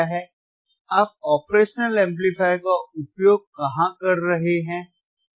आप operational amplifier का उपयोग कहां कर रहे हैं